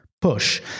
push